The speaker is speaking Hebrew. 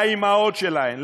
לאימהות שלהן,